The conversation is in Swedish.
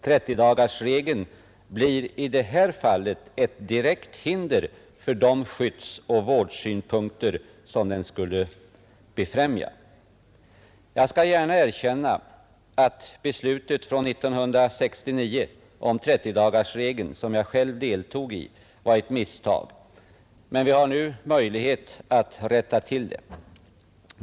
30-dagarsregeln blir i det här fallet ett direkt hinder för de skyddsoch vårdsynpunkter som den skulle befrämja. Jag skall gärna erkänna att beslutet från 1969 om 30-dagarsregeln, som jag själv deltog i, var ett misstag. Men vi har nu möjlighet att rätta till det.